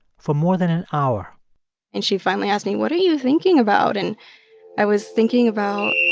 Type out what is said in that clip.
for more than an hour and she finally asked me, what are you thinking about? and i was thinking about